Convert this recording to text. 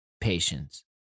patience